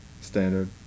standard